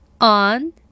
on